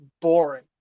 boring